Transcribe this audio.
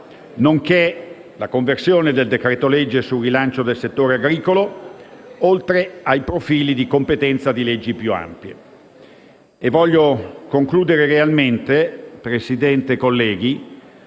nonché la conversione del decreto-legge sul rilancio del settore agricolo, oltre ai profili di competenza di leggi più ampie. Voglio concludere realmente, signor Presidente e colleghi,